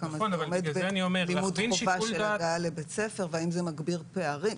כמה זה עומד בלימוד חובה של הגעה לבית ספר והאם זה מגביר פערים.